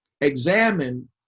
examine